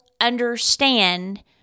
understand